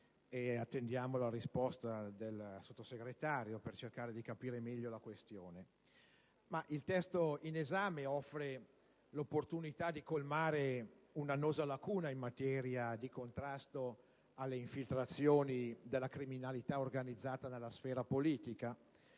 e attendiamo la risposta del Sottosegretario per cercare di capire meglio la questione. Il testo in esame offre l'opportunità di colmare un'annosa lacuna in materia di contrasto alle infiltrazioni della criminalità organizzata nella sfera politica.